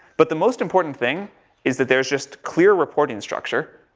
but the most important thing is that there's just clear reporting structure.